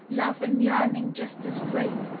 love and yearning just as great,